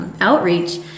outreach